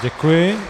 Děkuji.